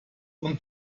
und